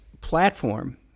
platform